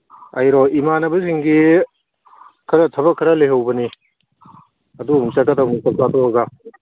ꯑꯩꯔꯣ ꯏꯃꯥꯟꯅꯕꯁꯤꯡꯒꯤ ꯈꯔ ꯊꯕꯛ ꯈꯔ ꯂꯩꯍꯧꯕꯅꯤ ꯑꯗꯨ ꯑꯃꯨꯛ ꯆꯠꯀꯗꯕꯅꯤ ꯆꯥꯛ ꯆꯥꯇꯣꯛꯑꯒ